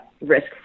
risk